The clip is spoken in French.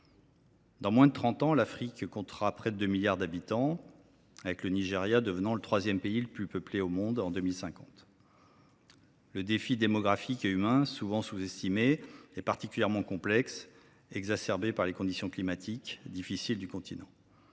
Dans moins de trente ans, l’Afrique comptera près de 2 milliards d’habitants, le Nigéria devenant le troisième pays le plus peuplé au monde en 2050. Le défi démographique et humain, souvent sous estimé, est particulièrement complexe. Exacerbé par les conditions climatiques difficiles du continent,